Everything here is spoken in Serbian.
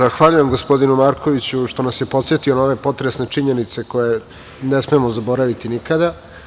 Zahvaljujem gospodinu Markoviću, što nas je podsetio na ove potresne činjenice koje ne smemo zaboraviti nikada.